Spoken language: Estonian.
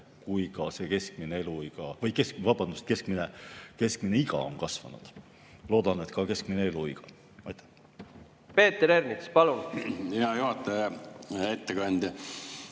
kui ka see keskmine eluiga, või vabandust, keskmine iga on kasvanud. Loodan, et ka keskmine eluiga. Aitäh! Peeter Ernits, palun! Aitäh! Peeter